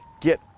get